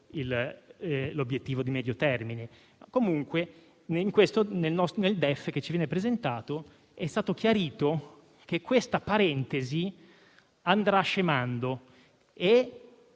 l'obiettivo di medio termine), nel DEF che ci viene presentato oggi si chiarisce che questa parentesi andrà scemando.